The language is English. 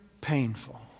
painful